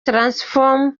transform